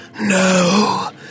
no